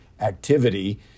activity